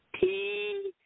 T-